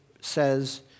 says